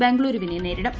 ബംഗളൂരുവിനെ നേരിടും